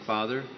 Father